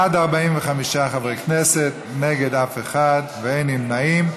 בעד 45 חברי כנסת, נגד, אף אחד, אין נמנעים.